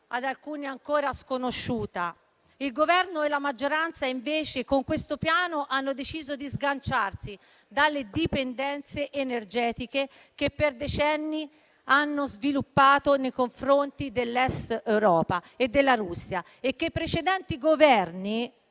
ad alcuni ancora sconosciuta. Il Governo e la maggioranza, invece, con questo Piano hanno deciso di sganciarsi dalle dipendenze energetiche che per decenni hanno sviluppato nei confronti dell'Est Europa e della Russia e che precedenti governi